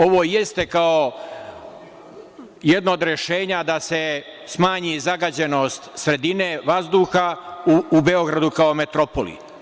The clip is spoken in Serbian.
Ovo jeste kao jedno od rešenja da se smanji zagađenost sredine, vazduha u Beogradu kao metropoli.